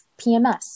PMS